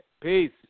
Peace